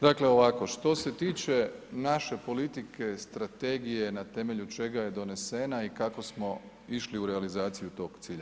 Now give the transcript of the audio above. Dakle ovako, što se tiče naše politike strategije na temelju čega je donesena i kako smo išli u realizaciju tog cilja.